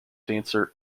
dancer